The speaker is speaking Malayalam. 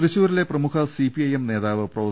തൃശൂരിലെ പ്രമുഖ സിപിഐഎം നേതാവ് പ്രൊഫ